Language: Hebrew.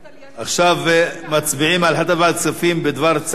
עכשיו מצביעים על החלטת ועדת הכספים בדבר צו מס ערך